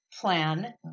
Plan